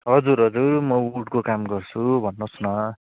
हजुर हजुर म उडको काम गर्छु भन्नु होस् न